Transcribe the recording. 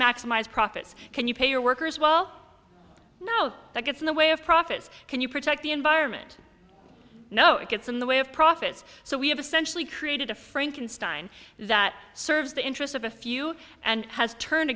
maximize profits can you pay your workers well no that gets in the way of profits can you protect the environment no it gets in the way of profits so we have essentially created a frankenstein that serves the interests of a few and has turned